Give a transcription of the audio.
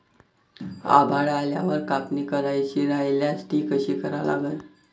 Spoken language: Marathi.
आभाळ आल्यावर कापनी करायची राह्यल्यास ती कशी करा लागन?